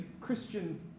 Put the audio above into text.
Christian